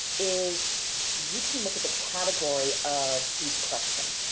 is you can look at the category of each question.